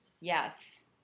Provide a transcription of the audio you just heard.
Yes